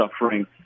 suffering